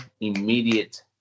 immediate